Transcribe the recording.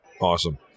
Awesome